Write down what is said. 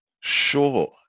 Sure